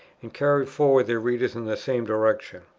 and carried forward their readers in the same direction.